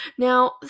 Now